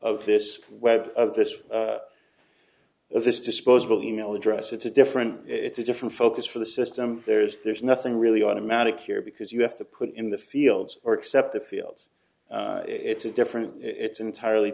of this web of this if this disposable you know address it's a different it's a different focus for the system there's there's nothing really automatic here because you have to put in the fields or accept the fields it's a different it's entirely